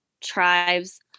tribes